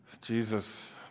Jesus